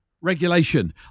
regulation